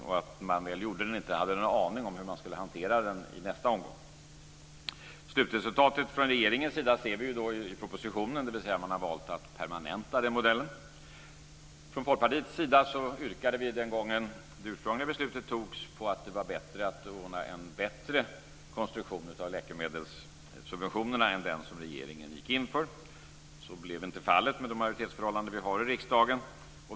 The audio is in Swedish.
När man väl gjorde detta hade man ingen aning om hur man skulle hantera det i nästa omgång. Slutresultatet från regeringens sida ser vi i propositionen. Man har valt att permanenta den modellen. Vi i Folkpartiet yrkade den gången när det ursprungliga beslutet fattades på att det var bättre att ordna en bättre konstruktion av läkemedelssubventionerna än den som regeringen gick in för. Så blev inte fallet med de majoritetsförhållanden vi har i riksdagen.